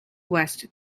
west